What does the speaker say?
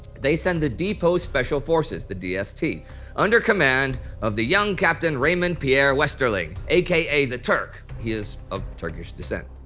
they send the depot special forces, the dst, under command of the young captain raymond pierre westerling a k a the turk he is of turkish descent.